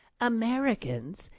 Americans